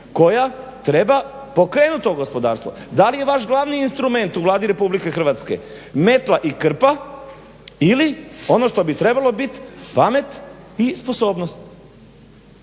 koja treba pokrenuti to gospodarstvo. Da li je vaš glavni instrument u Vladi RH metla i krpa ili ono što bi trebalo biti pamet i sposobnost.